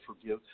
forgive